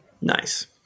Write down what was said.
Nice